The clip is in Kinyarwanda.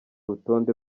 rutonde